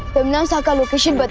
timnasa? like um ah this and but